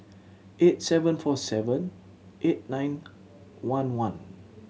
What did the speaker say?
eight seven four seven eight nine one one